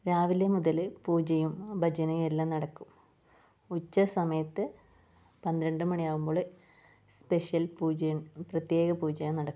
രാവിലെ മുതൽ പൂജയും ഭജനയും എല്ലാം നടക്കും ഉച്ചസമയത്ത് പന്ത്രണ്ട് മണിയാകുമ്പോൾ സ്പെഷ്യൽ പൂജയും പ്രത്യേക പൂജയും നടക്കും